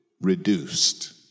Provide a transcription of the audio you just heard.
reduced